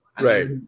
Right